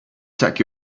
take